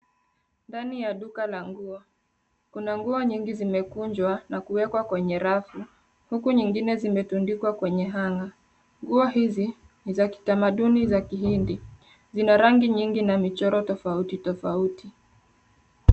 Ndani ya duka la nguo, kuna nguo nyingi zimekunjwa na kuwekwa kwenye rafu huku nyingine zimetundikwa kwenye hanger . Nguo hizi ni za kitamaduni za kihindi, zina rangi nyingi na michoro tofauti tofauti.